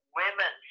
women